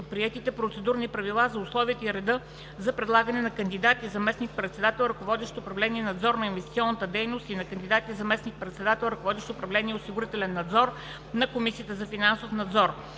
от приетите процедурни правила за условията и реда за предлагането на кандидат за заместник-председател, ръководещ управление „Надзор на инвестиционната дейност“ и на кандидат за заместник-председател, ръководещ управление „Осигурителен надзор“ на Комисията за финансов надзор,